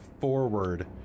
forward